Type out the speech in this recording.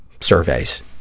surveys